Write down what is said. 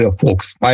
folks